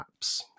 apps